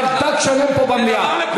לברדק שלם פה במליאה,